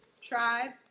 tribe